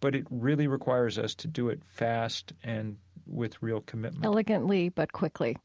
but it really requires us to do it fast and with real commitment elegantly but quickly